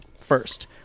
first